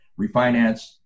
refinance